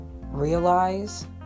realize